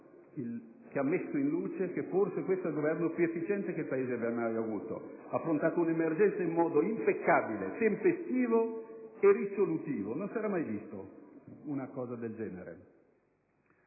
ha messo in luce che questo è forse il Governo più efficiente che il Paese abbia mai avuto. Esso ha affrontato un'emergenza in modo impeccabile, tempestivo e risolutivo: non si era mai vista una cosa del genere.